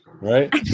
right